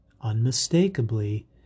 unmistakably